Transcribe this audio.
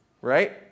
Right